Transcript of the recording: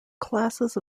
classes